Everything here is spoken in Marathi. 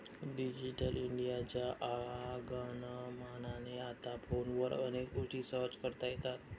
डिजिटल इंडियाच्या आगमनाने आता फोनवर अनेक गोष्टी सहज करता येतात